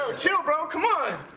ah chill bro. come on.